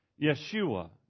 Yeshua